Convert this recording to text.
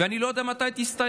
ואני לא יודע מתי היא תסתיים,